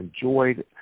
enjoyed